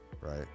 right